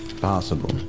Possible